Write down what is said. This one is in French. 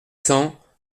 cents